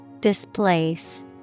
Displace